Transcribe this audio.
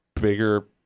bigger